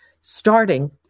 starting